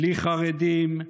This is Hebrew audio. בלי חרדים,